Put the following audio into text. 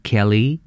Kelly